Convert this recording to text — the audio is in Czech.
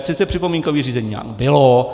Sice připomínkové řízení bylo.